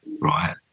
right